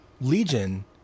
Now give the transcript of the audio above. Legion